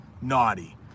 Naughty